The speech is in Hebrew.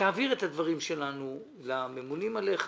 תעביר את הדברים שלנו לממונים עליך,